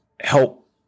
help